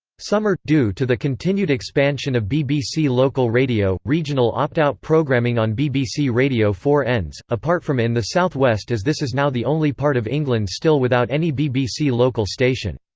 summer due to the continued expansion of bbc local radio, regional opt-out programming on bbc radio four ends, apart from in the south west as this is now the only part of england still without any bbc local station.